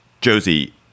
Josie